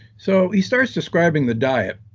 so he starts describing the diet,